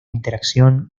interacción